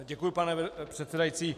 Děkuji, pane předsedající.